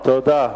תודה.